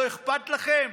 לא אכפת לכם?